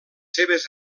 seves